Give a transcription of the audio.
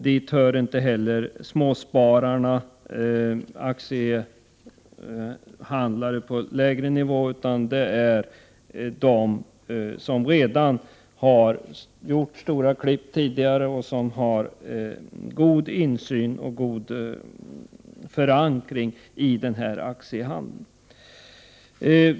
Dit hör inte heller småspararna, aktiehandlare på lägre nivå, utan de som redan har gjort stora klipp och som har god insyn och god förankring i aktiehandeln.